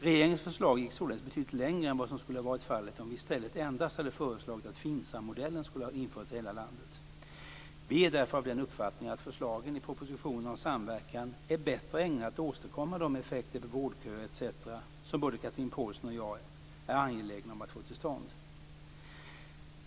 Regeringens förslag gick således betydligt längre än vad som skulle ha varit fallet om vi i stället endast hade föreslagit att FINSAM-modellen skulle ha införts i hela landet. Vi är därför av den uppfattningen att förslagen i propositionen om samverkan är bättre ägnade att åstadkomma de effekter på vårdköer etc. som både Chatrine Pålsson och jag är angelägna om att få till stånd.